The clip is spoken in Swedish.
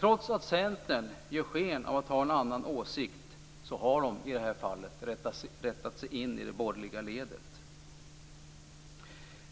Trots att Centern gör sken av att ha en annan åsikt, har man i det här fallet rättat sig in i det borgerliga ledet.